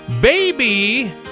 Baby